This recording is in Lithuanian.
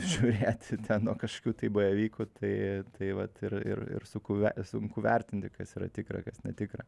žiūrėti ten nuo kažkokių tai bajavykų tai tai vat ir ir ir suku ve sunku vertinti kas yra tikra kas netikra